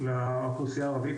הראשון לאוכלוסייה הערבית;